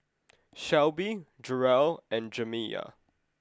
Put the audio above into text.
Shelbie Jerrell and Jamiya